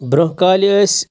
برٛونٛہہ کالہِ ٲسۍ